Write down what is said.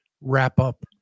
wrap-up